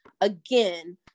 again